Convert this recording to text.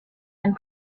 and